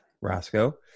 Roscoe